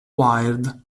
wired